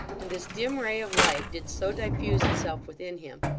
and this dim ray of light did so diffuse itself within him,